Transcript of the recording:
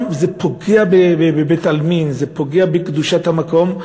זה גם פוגע בבית-העלמין, זה פוגע בקדושת המקום.